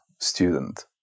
student